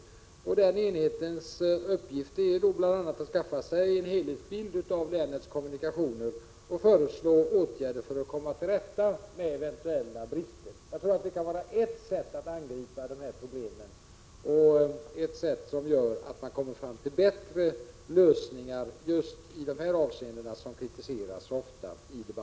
Denna enhets uppgift är bl.a. att skaffa sig en helhetsbild av länets kommunikationer och föreslå åtgärder för att komma till rätta med eventuella brister. Jag tror att detta kan vara ert sätt att angripa de här problemen, ett sätt att komma fram till bättre lösningar just i de avseenden som så ofta kritiseras i debatten.